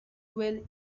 well